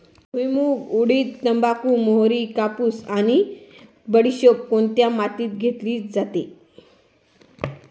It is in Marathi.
भुईमूग, उडीद, तंबाखू, मोहरी, कापूस आणि बडीशेप कोणत्या मातीत घेतली जाते?